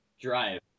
drive